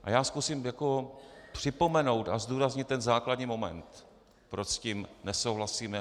A já zkusím připomenout a zdůraznit ten základní moment, proč s tím nesouhlasíme.